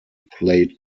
played